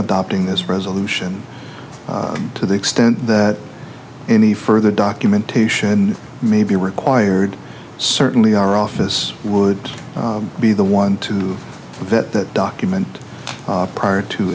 adopting this resolution to the extent that any further documentation may be required certainly our office would be the one to that document prior to